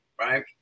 Right